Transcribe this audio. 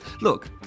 Look